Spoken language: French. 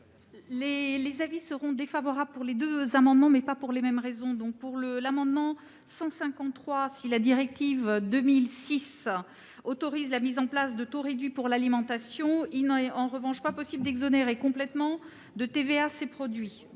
L'avis est défavorable sur les deux amendements, mais pas pour les mêmes raisons. En ce qui concerne l'amendement n° 153, si la directive de 2006 autorise la mise en place de taux réduits pour l'alimentation, il n'est en revanche pas possible d'exonérer complètement de TVA ces produits.